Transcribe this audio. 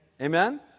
Amen